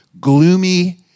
gloomy